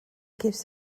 gives